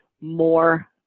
more